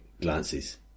glances